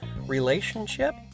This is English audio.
relationship